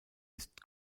ist